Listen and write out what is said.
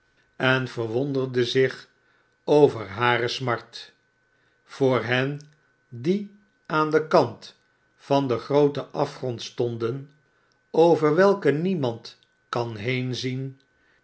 en verwonderde zich over hare smart voor hen die aan den kant van den grooten afgrond stpnden over welken niemand kan